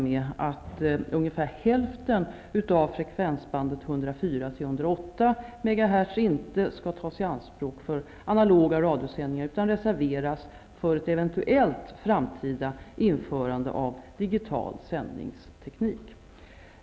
MHz inte skall tas i anspråk för analoga radiosändningar utan reserveras för ett eventuellt framtida införande av digital sändningsteknik.